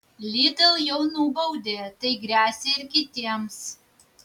lidl jau nubaudė tai gresia ir kitiems